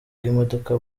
bw’imodoka